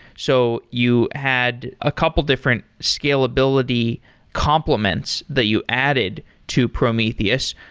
so you had a couple of different scalability complements that you added to prometheus.